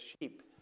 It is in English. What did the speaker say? sheep